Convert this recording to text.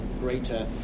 greater